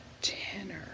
tenor